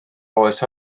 oes